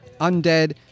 undead